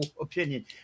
opinion